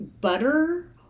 butter